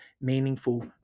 meaningful